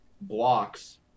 blocks